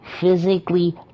physically